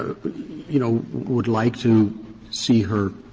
you know, would like to see her